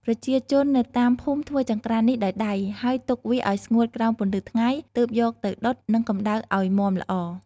ប្រជាជននៅតាមភូមិធ្វើចង្ក្រាននេះដោយដៃ ហើយទុកវាឱ្យស្ងួតក្រោមពន្លឺថ្ងៃ ទើបយកទៅដុតនឹងកម្ដៅឱ្យមាំល្អ។